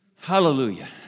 Hallelujah